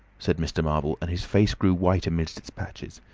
said mr. marvel, and his face grew white amidst its patches.